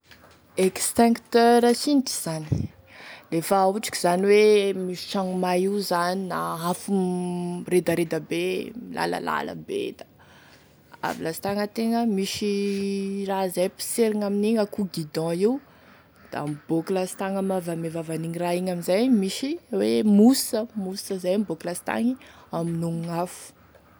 Extincteur signitry zany lefa ohatry koa zany hoe misy tragno may io zany na afo miredareda be milalalala be da avy lasitagny ategna misy raha zay poserigny amin'igny akoa guidon io da miboaky lastagny avy ame vavan'igny raha igny amzay misy hoe mousse, mousse zay mivoaky lastagny hamonoagn'afo.